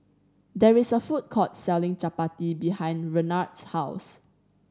there is a food court selling Chapati behind Renard's house